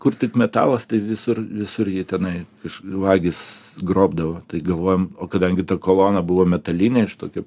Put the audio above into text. kur tik metalas tai visur visur ji tenai iš vagys grobdavo tai galvojom o kadangi ta kolona buvo metalinė iš tokio